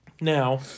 Now